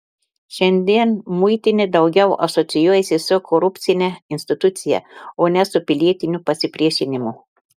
šiandien muitinė daugiau asocijuojasi su korupcine institucija o ne su pilietiniu pasipriešinimu